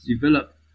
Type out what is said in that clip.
develop